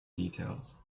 details